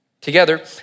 Together